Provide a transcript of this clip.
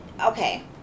okay